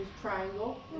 triangle